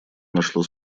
нашло